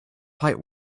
fight